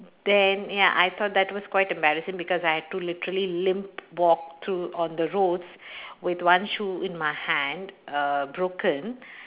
then ya I thought that was quite embarrassing because I had to literally limp walk to on the roads with one shoe in my hand err broken